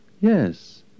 Yes